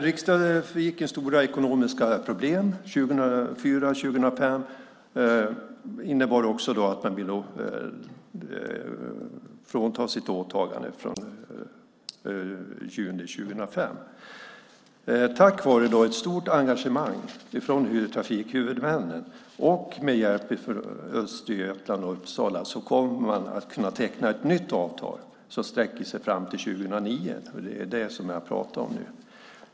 Rikstrafikens stora ekonomiska problem 2004-2005 innebar att de ville avveckla sitt åtagande från juni 2005. Tack vare ett stort engagemang från trafikhuvudmännen och med hjälp av Östergötland och Uppsala kommer man att kunna teckna ett nytt avtal som sträcker sig fram till 2009, vilket är det jag pratar om nu.